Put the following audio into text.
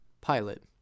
pilot